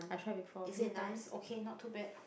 I tried before a few times okay not too bad